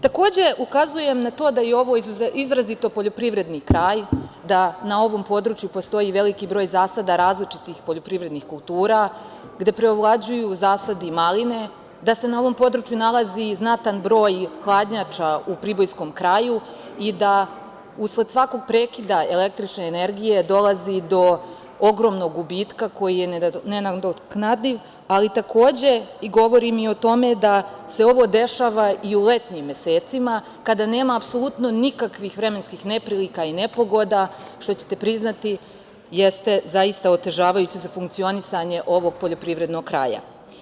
Takođe, ukazujem na to da je ovo izrazito poljoprivredni kraj, da na ovom području postoji veliki broj zasada različitih poljoprivrednih kultura, gde preovlađuju zasadi maline, da se na ovom području nalazi znatan broj hladnjača u pribojskom kraju i da usled svakog prekida električne energije dolazi do ogromnog gubitka koji je nenadoknadiv, ali govorim i o tome da se ovo dešava i u letnjim mesecima kada nema apsolutno nikakvih vremenskih neprilika i nepogoda, što ćete priznati jeste zaista otežavajuće za funkcionisanje ovog poljoprivrednog kraja.